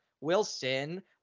Wilson